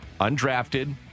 undrafted